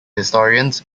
historians